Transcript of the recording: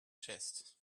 chest